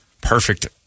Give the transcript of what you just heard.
perfect